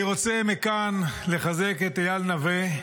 אני רוצה מכאן לחזק את איל נוה.